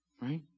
right